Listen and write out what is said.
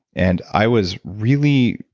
and i was really,